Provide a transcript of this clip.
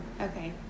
Okay